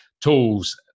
tools